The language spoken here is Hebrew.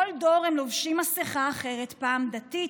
בכל דור הם לובשים מסכה אחרת: פעם דתית,